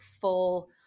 full